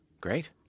Great